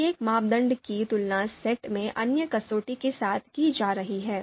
प्रत्येक मानदंड की तुलना सेट में अन्य कसौटी के साथ की जा रही है